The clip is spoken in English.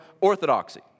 orthodoxy